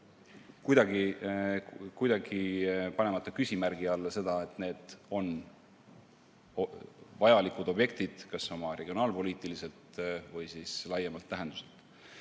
kuidagi panemata küsimärgi alla seda, et need on vajalikud objektid kas oma regionaalpoliitiliselt või laiemalt tähenduselt,